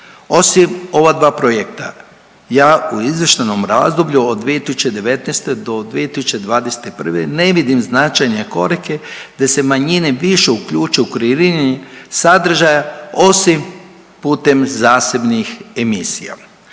Osim ova dva projekta ja u izvještajnom razdoblju od 2019. do 2021. ne vidim značajne korake da se manjine više uključe u kreiranje sadržaja osim putem zasebnih emisija.